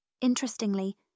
Interestingly